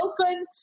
open